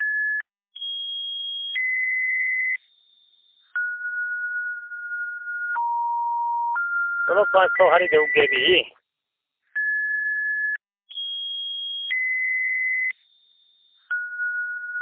चलो पंज सौ हारी देई ओड़गे भी